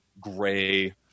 gray